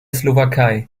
slowakei